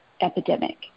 epidemic